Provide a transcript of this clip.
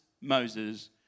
Moses